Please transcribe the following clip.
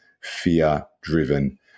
fear-driven